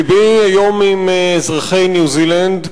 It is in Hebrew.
לבי היום עם אזרחי ניו-זילנד,